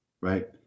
right